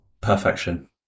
Perfection